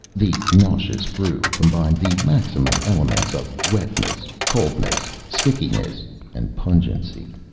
the nauseous brew combined the maximum elements of wetness, coldness, stickiness and pungency.